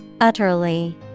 Utterly